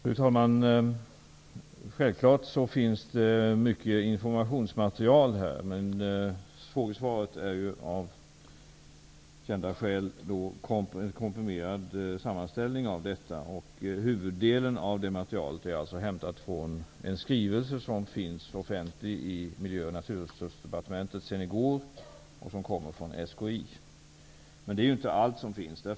Fru talman! Det finns självfallet mycket informationsmaterial, men frågesvaret är av kända skäl en komprimerad sammanställning av detta. Huvuddelen av materialet är alltså hämtat från en skrivelse från SKI som finns offentlig i Miljö och naturresursdepartemenet sedan i går. Det är inte allt som finns.